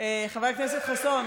חבר הכנסת חסון,